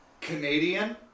Canadian